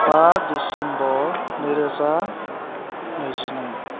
बा दिसेम्बर नै रोजा नैजिनै